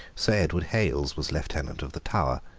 sir edward hales was lieutenant of the tower.